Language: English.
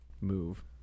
move